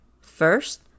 First